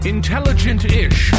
Intelligent-ish